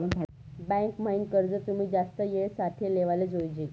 bank म्हाईन कर्ज तुमी जास्त येळ साठे लेवाले जोयजे